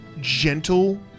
gentle